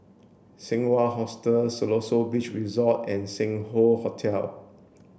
Seng Wah Hotel Siloso Beach Resort and Sing Hoe Hotel